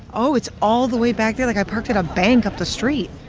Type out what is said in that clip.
oh, it's all the way back there. like, i parked at a bank up the street.